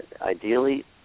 ideally